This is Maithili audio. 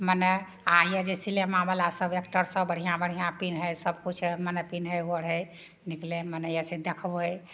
मने आओर यऽ जे सिनेमावला सभ एक्टरसभ बढ़िआँ बढ़िआँ पिन्है सबकिछु मने पिन्है ओढ़ै निकलै मने यऽ जे देखबै